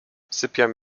sypiam